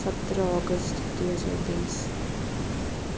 सत्र अगस्त दुई हजार तेइस